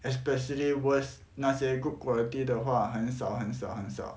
especially was 那些 good quality 的话很少很少很少